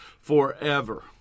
forever